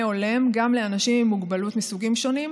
הולם גם לאנשים עם מוגבלות מסוגים שונים,